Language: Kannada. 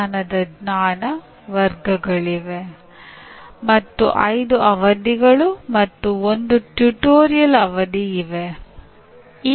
ಅಂದರೆ ತರಗತಿಯಲ್ಲಿ ಯಾವ ಹಂತದಲ್ಲಿ ನೀವು ವಿದ್ಯಾರ್ಥಿಗಳ ಹತ್ತಿರ ಅಭ್ಯಾಸ ಮಾಡಿಸಬೇಕು ಮತ್ತು ನೀವು ಯಾವಾಗ ಪ್ರತಿಕ್ರಿಯೆಯನ್ನು ತೆಗೆದುಕೊಳ್ಳಬೇಕು